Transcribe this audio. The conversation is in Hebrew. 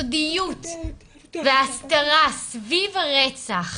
הסודיות וההסתרה סביב הרצח